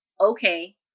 okay